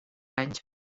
anys